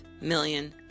million